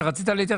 לא.